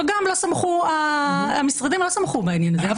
וגם המשרדים לא שמחו בעניין הזה.